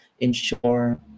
ensure